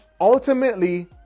Ultimately